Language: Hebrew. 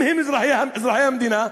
אם הם אזרחי המדינה,